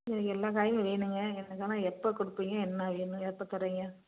எனக்கு எல்லாம் காயும் வேணும்ங்க எனக்கு ஆனால் எப்போ கொடுப்பிங்க என்ன என்ன எப்போ தருவிங்க